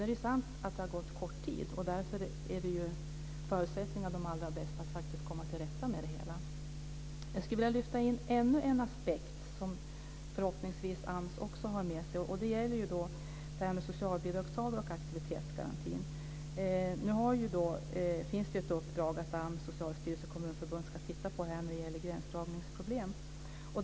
Det är sant att det har gått kort tid. Därför är ju förutsättningarna de allra bästa att faktiskt komma till rätta med det hela. Jag skulle vilja lyfta in ännu en aspekt som AMS förhoppningsvis har med sig. Det är ju det här med socialbidragstagare och aktivitetsgaranti. Nu finns det ett uppdrag att AMS, Socialstyrelsen och Kommunförbundet ska titta på det här när det gäller gränsdragningsproblem.